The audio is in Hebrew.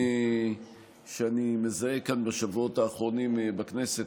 אני מזהה כאן בשבועות האחרונים בכנסת,